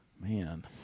Man